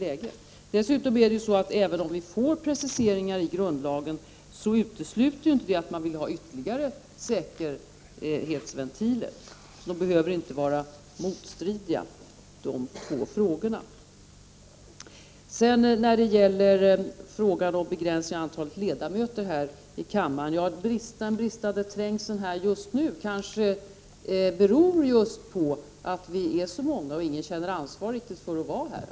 Även om det blir preciseringar i grundlagen utesluter det inte att man vill ha ytterligare säkerhetsventiler. De två frågorna behöver inte vara motstridiga. När det gäller frågan om begränsningen av antalet ledamöter vill jag säga följande. Att det inte är någon trängsel just nu här i kammaren beror kanske just på att vi är så många och ingen riktigt känner ansvar för att vara här.